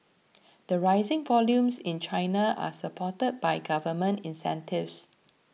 the rising volumes in China are supported by government incentives